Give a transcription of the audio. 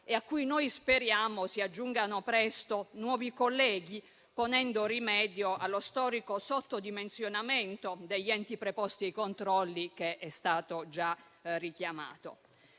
e ai quali noi speriamo si aggiungano presto nuovi colleghi, così ponendo rimedio allo storico sottodimensionamento degli enti preposti ai controlli, che è stato già richiamato.